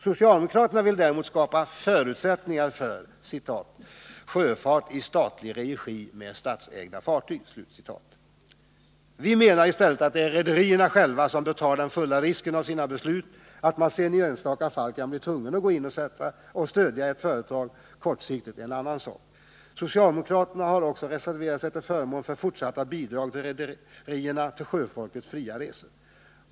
Socialdemokraterna vill däremot skapa förutsättningar ”för sjöfart i statlig regi med statsägda fartyg”. Vi menar i stället att det är rederierna själva som fullt ut bör ta risken av sina beslut. Att man sedan i enstaka fall kan bli tvungen att gå in och stödja ett företag kortsiktigt är en annan sak. Socialdemokraterna har också reserverat sig till förmån för fortsatta bidrag till rederierna för att dessa skall kunna täcka kostnader i samband med sjöfolkets fria resor.